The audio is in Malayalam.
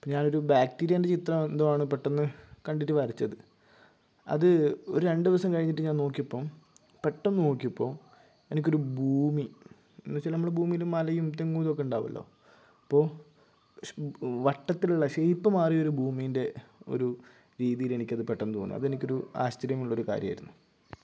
അപ്പോൾ ഞാനൊരു ബാക്ടിരിയേൻ്റെ ചിത്രം എന്തോ ആണ് പെട്ടെന്ന് കണ്ടിട്ട് വരച്ചത് അത് ഒരു രണ്ടൂസം കഴിഞ്ഞിട്ട് ഞാൻ നോക്കിയപ്പോൾ പെട്ടെന്ന് നോക്കിപ്പോൾ എനിക്ക് ഒരു ഭൂമി എന്ന് വെച്ചാൽ നമ്മൾ ഭുമിയിൽ മലയും തെങ്ങും ഇതൊക്കെ ഉണ്ടാകുമല്ലോ അപ്പോൾ ശ് വട്ടത്തിൽ ഉള്ള ഷേപ്പ് മാറിയ ഒരു ഭൂമീൻ്റെ ഒരു രീതിയിൽ എനിക്ക് അത് പെട്ടെന്ന് തോന്നി അത് എനിക്കൊരു ആശ്ചര്യമുള്ളൊരു കാര്യമായിരുന്നു